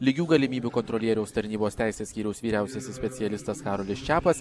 lygių galimybių kontrolieriaus tarnybos teisės skyriaus vyriausiasis specialistas karolis čepas